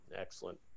Excellent